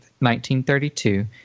1932